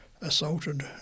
assaulted